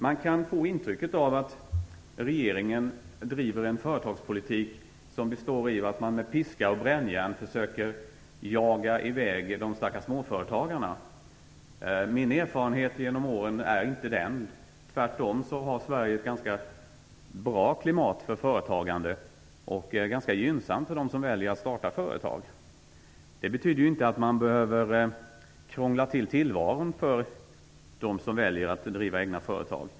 Man kan få intrycket av att regeringen driver en företagspolitik som består i att man med piska och brännjärn försöker jaga i väg de stackars småföretagarna. Min erfarenhet genom åren är inte den. Tvärtom har Sverige ett ganska bra klimat för företagande som är ganska gynnsamt för dem som väljer att starta företag. Det betyder inte att man behöver krångla till tillvaron för dem som väljer att bedriva egna företag.